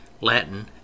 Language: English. latin